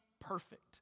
perfect